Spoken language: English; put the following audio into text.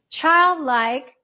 childlike